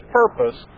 purpose